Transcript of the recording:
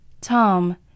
Tom